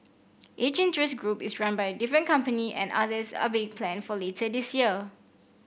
each interest group is run by different company and others are being planned for later this year